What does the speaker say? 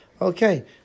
Okay